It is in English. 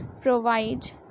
provide